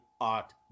art